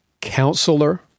Counselor